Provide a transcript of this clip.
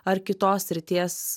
ar kitos srities